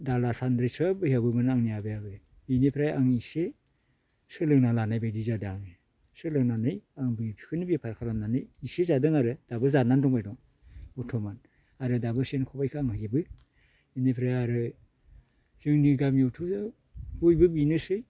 दाला सान्द्रि सब हेबोमोन आंनि आफायाबो बेनिफ्राय आं इसे सोलोंना लानाय बायदि जादों आं सोलोंनानै आं बेखौनो बेफार खालामनानै इसे जादों आरो दाबो जानानै दङ बर्तमान आरो दाबो सेन खबाइखौ आङो हेबो बेनिफ्राय आरो जोंनि गामियावथ' बयबो बेनोसै